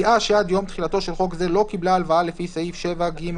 סיעה שעד יום תחילתו של חוק זה לא קיבלה הלוואה לפי סעיף 7ג(ב)(1)